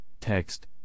text